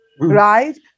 right